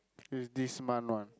is this month one